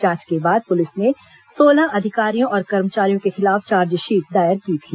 जांच के बाद पुलिस ने सोलह अधिकारियों और कर्मचारियों के खिलाफ चार्जशीट दायर की थी